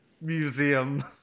museum